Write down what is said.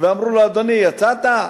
ואומרים לו: אדוני, יצאת?